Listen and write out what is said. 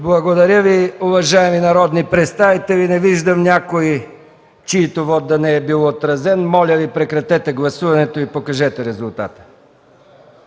Благодаря Ви, уважаеми народни представители, не виждам някой, чийто вот да не е отразен, моля прекратете гласуването и покажете резултата.